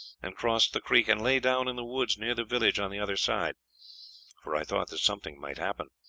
and crossed the creek, and lay down in the woods near the village on the other side for i thought that something might happen.